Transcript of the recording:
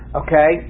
okay